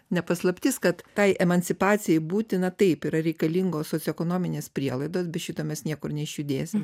ne paslaptis kad tai emancipacijai būtina taip yra reikalingos socioekonominės prielaidos be šito mes niekur neišjudėsim